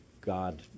God